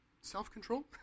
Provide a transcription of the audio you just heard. self-control